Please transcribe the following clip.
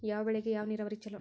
ಯಾವ ಬೆಳಿಗೆ ಯಾವ ನೇರಾವರಿ ಛಲೋ?